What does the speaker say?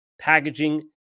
Packaging